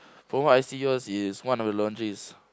from what I see yours is one of the laundry is